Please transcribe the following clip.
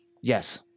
yes